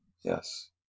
Yes